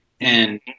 and-